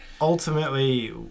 Ultimately